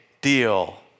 deal